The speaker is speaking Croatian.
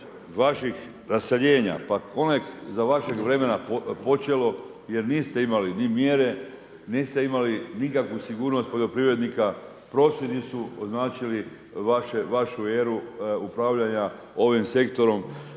vaših raseljenja. Pa ono je za vašeg vremena počelo jer niste imali ni mjere, niste imali nikakvu sigurnost poljoprivrednika, prosvjedi su označili vašu eru upravljanja ovim sektorom